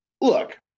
Look